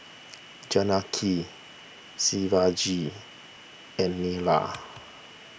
Janaki Shivaji and Neila